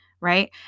right